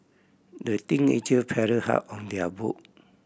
the teenager paddled hard on their boat